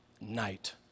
Night